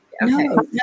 no